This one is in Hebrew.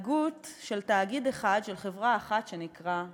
ההתנהגות של תאגיד אחד, של חברה אחת שנקראת כי"ל,